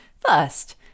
First